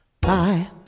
Bye